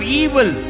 evil